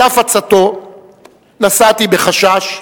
על אף עצתו נסעתי בחשש,